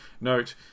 Note